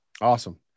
Awesome